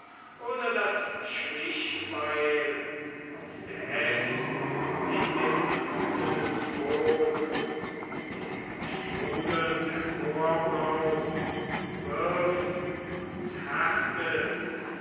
oder das schlichtbeil aus der ess in den kühlenden trog der sprudelnd emporbraust wirft und härtet